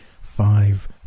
five